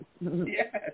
Yes